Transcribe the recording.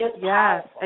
Yes